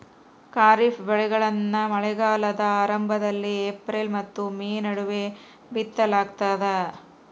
ಖಾರಿಫ್ ಬೆಳೆಗಳನ್ನ ಮಳೆಗಾಲದ ಆರಂಭದಲ್ಲಿ ಏಪ್ರಿಲ್ ಮತ್ತು ಮೇ ನಡುವೆ ಬಿತ್ತಲಾಗ್ತದ